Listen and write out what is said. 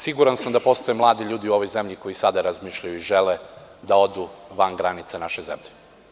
Siguran sam da postoje mladi ljudi u ovoj zemlji koji i sada razmišljaju i žele da odu van granica naše zemlje.